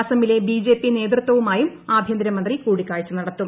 അസമിലെ ബിജെപി നേതൃത്വവുമായും ആഭ്യന്തരമന്ത്രി കൂടിക്കാഴ്ച നടത്തും